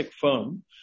firm